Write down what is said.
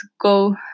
go